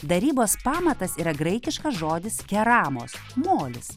darybos pamatas yra graikiškas žodis keramos molis